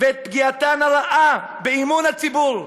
ואת פגיעתן הרעה באמון הציבור,